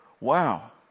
wow